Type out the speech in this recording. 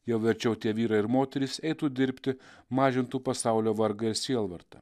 jau verčiau tie vyrai ir moterys eitų dirbti mažintų pasaulio vargą ir sielvartą